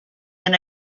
been